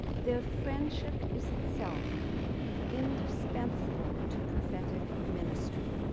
their friendship is itself indispensable to prophetic ministry.